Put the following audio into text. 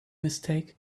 mistake